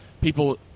people